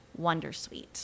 Wondersuite